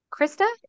Krista